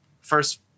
first